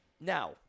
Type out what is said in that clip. now